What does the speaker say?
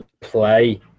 play